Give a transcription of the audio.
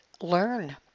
learn